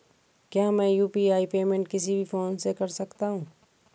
क्या मैं UPI payment किसी भी फोन से कर सकता हूँ?